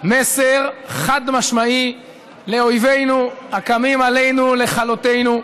מסר חד-משמעי לאויבינו הקמים עלינו לכלותנו,